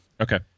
Okay